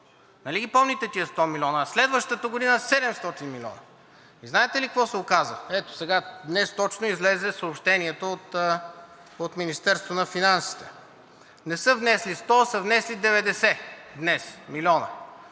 Нали ги помните тези 100 милиона? А на следващата година 700 милиона, а знаете ли какво се оказа? Ето днес излезе съобщението от Министерството на финансите, не са внесли 100, а са внесли 90 милиона,